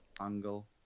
Angle